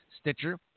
Stitcher